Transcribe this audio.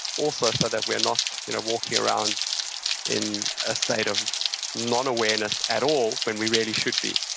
also so that we're not you know walking around in a state of non-awareness at all when we really should be.